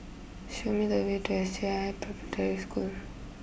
show me the way to S J I Preparatory School